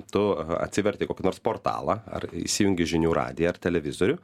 tu atsiverti kokį nors portalą ar įsijungi žinių radiją ar televizorių